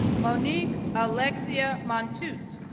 monique alexia montoute,